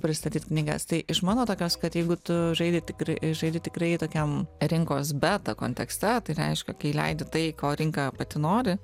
pristatyt knygas tai iš mano tokios kad jeigu tu žaidi tikra žaidi tikrai tokiam rinkos beta kontekste tai reiškia kai leidi tai ko rinka pati nori